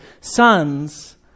sons